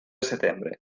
setembre